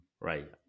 Right